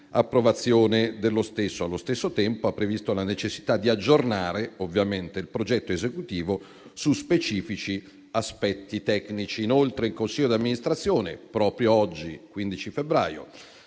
approvazione dello stesso. Allo stesso tempo ha previsto la necessità di aggiornare il progetto esecutivo su specifici aspetti tecnici. Inoltre il consiglio d'amministrazione, proprio oggi, 15 febbraio,